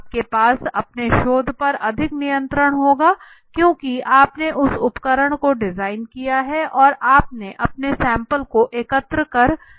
आपके पास अपने शोध पर अधिक नियंत्रण होगा क्योंकि आपने उस उपकरण को डिज़ाइन किया है और आपने अपने सैम्पल्स को एकत्र कर रखा है